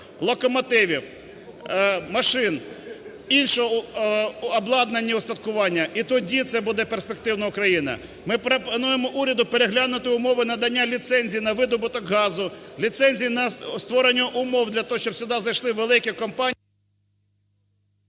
локомотивів, машин іншого обладнання і устаткування і тоді це буде перспективна Україна. Ми пропонуємо уряду переглянути умови надання ліцензій на видобуток газу, ліцензій на створення умов для того, щоб сюди зайшли великі компанії...